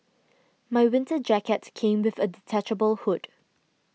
my winter jacket came with a detachable hood